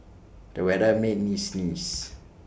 the weather made me sneeze